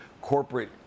corporate